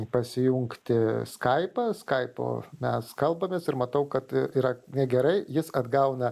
pasijungti skaipą skaipu mes kalbamės ir matau kad yra negerai jis atgauna